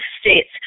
states